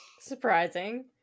Surprising